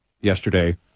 yesterday